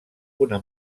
una